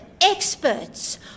experts